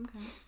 Okay